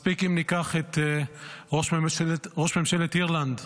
מספיק אם ניקח את ראש ממשלת אירלנד,